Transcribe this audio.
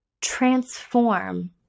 transform